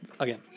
Again